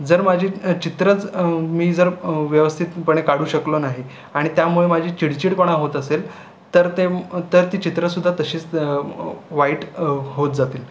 जर माझी चित्रंच मी जर व्यवस्थितपणे काढू शकलो नाही आणि त्यामुळे माझी चिडचिडपणा होत असेल तर ते तर ती चित्रंसुद्धा तशीच वाईट होत जातील